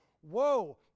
whoa